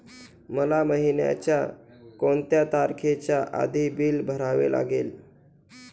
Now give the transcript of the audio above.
मला महिन्याचा कोणत्या तारखेच्या आधी बिल भरावे लागेल?